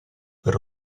per